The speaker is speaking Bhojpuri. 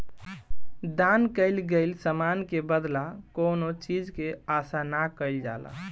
दान कईल गईल समान के बदला कौनो चीज के आसा ना कईल जाला